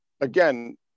again